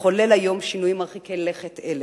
לחולל היום שינויים מרחיקי לכת אלה?